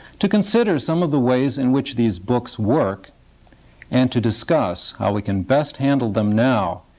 to consider some of the ways in which these books work and to discuss how we can best handle them now,